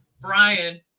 brian